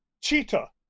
Cheetah